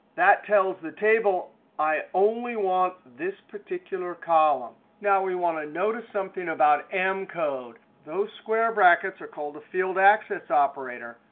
that tells the table i only want this particular column. now, we want to notice something about m code. those square brackets are called a field access operator.